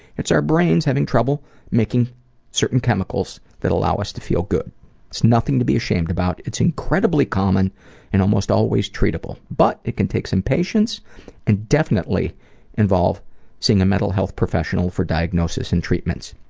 it's our brains having trouble making certain chemicals that allow us to feel good. it's nothing to be ashamed about. it's incredibly common and almost always treatable. but it can take some patience and definitely involve seeing a mental health professional for diagnosis and treatments.